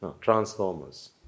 Transformers